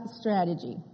strategy